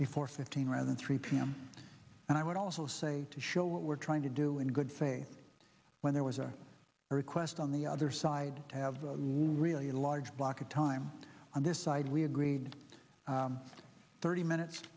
before fifteen and then three p m and i would also say to show what we're trying to do in good faith when there was a request on the other side to have one really large block of time on this side we agreed thirty minutes